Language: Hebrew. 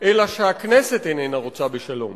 אלא גם הכנסת איננה רוצה בשלום.